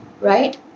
right